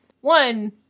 One